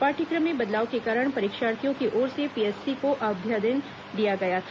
पाठ्यक्रम में बदलाव के कारण परीक्षार्थियों की ओर से पीएससी को अभ्यावेदन दिया गया था